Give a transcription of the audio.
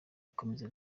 ikomeze